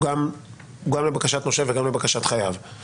הוא גם לבקשת נושה וגם לבקשת חייב.